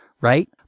Right